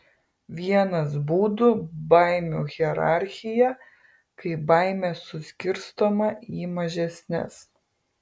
vienas būdų baimių hierarchija kai baimė suskirstoma į mažesnes